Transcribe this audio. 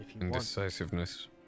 indecisiveness